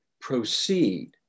proceed